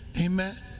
Amen